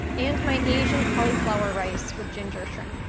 and my asian cauliflower rice with ginger shrimp.